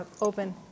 open